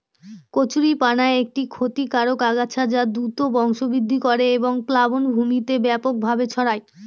কচুরিপানা একটি ক্ষতিকারক আগাছা যা দ্রুত বংশবৃদ্ধি করে এবং প্লাবনভূমিতে ব্যাপকভাবে ছড়ায়